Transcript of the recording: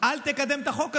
אל תקדם את החוק הזה.